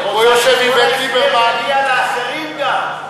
פה יושב איווט ליברמן, מגיע לאחרים גם.